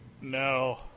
no